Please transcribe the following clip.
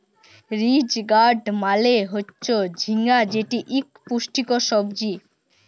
ridge gourd মালে হচ্যে ঝিঙ্গা যেটি ইক পুষ্টিকর সবজি